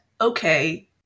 okay